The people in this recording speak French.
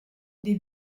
des